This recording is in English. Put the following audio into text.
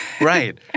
Right